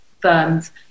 firms